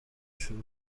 شروع